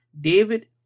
David